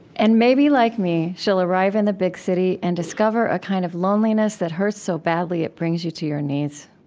and maybe like me, she'll arrive in the big city and discover a kind of loneliness that hurts so badly it brings you to your knees.